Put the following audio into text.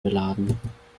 beladen